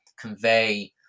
convey